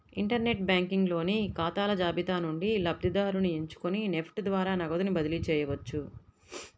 inter net banking లోని ఖాతాల జాబితా నుండి లబ్ధిదారుని ఎంచుకొని నెఫ్ట్ ద్వారా నగదుని బదిలీ చేయవచ్చు